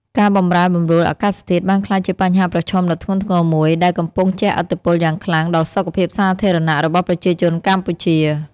ការបម្រែបម្រួលអាកាសធាតុបានក្លាយជាបញ្ហាប្រឈមដ៏ធ្ងន់ធ្ងរមួយ ដែលកំពុងជះឥទ្ធិពលយ៉ាងខ្លាំងដល់សុខភាពសាធារណៈរបស់ប្រជាជនកម្ពុជា។